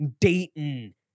Dayton